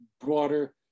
Broader